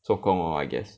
做工 lor I guess